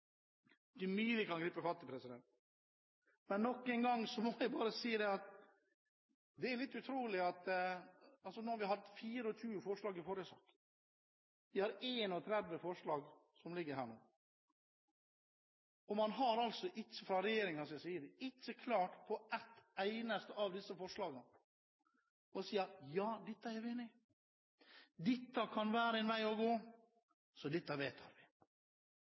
mye vi kan gripe fatt i, men nok en gang må jeg bare si at dette er litt utrolig – vi hadde 24 forslag i forrige sak, og vi har 31 forslag som ligger her nå. Man har fra regjeringens side ikke klart, på ett eneste av disse forslagene, å si: Ja, dette er vi enig i, dette kan være en vei å gå – så dette vedtar vi.